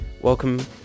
welcome